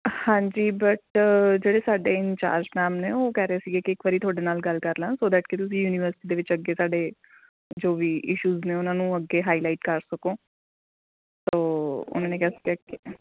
ਹਾਂਜੀ ਬਟ ਜਿਹੜੇ ਸਾਡੇ ਇੰਨਚਾਰਜ ਮੈਮ ਨੇ ਉਹ ਕਹਿ ਰਹੇ ਸੀਗੇ ਕਿ ਇੱਕ ਵਾਰੀ ਤੁਹਾਡੇ ਨਾਲ ਗੱਲ ਕਰ ਲਵਾਂ ਸੋ ਦੈਟ ਕਿ ਤੁਸੀਂ ਯੂਨੀਵਰਸਿਟੀ ਦੇ ਵਿੱਚ ਅੱਗੇ ਸਾਡੇ ਜੋ ਵੀ ਇਸ਼ੂਜ ਨੇ ਉਹਨਾਂ ਨੂੰ ਅੱਗੇ ਹਾਈਲਾਈਟ ਕਰ ਸਕੋਂ ਸੋ ਉਹਨਾਂ ਨੇ ਕਿਹਾ ਸੀਗਾ ਕੇ